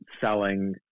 selling